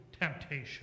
temptation